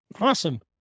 Awesome